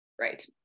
Right